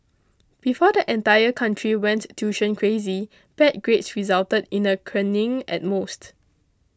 before the entire country went tuition crazy bad grades resulted in a caning at most